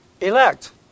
Elect